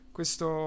Questo